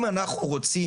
אם אנחנו רוצים,